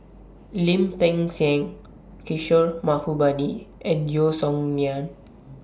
Lim Peng Siang Kishore Mahbubani and Yeo Song Nian